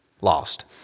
lost